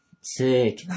Sick